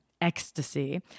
ecstasy